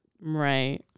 right